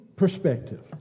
perspective